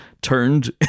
turned